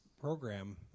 program